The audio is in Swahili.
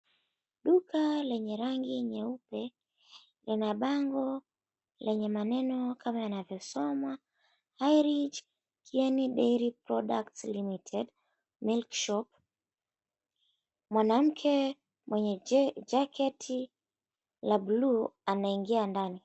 Duka lenye rangi nyeupe, lina bango lenye maneno kama yanavyosomwa "High Rich Kieni Dairy Products Limited Milk Shop". Mwanamke mwenye jacket la blue , anaingia ndani.